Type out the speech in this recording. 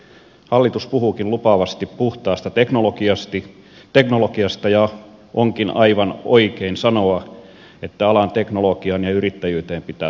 hallitus puhuukin lupaavasti puhtaasta teknologiasta ja onkin aivan oikein sanoa että alan teknologiaan ja yrittäjyyteen pitää satsata